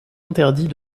interdit